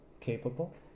capable